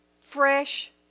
fresh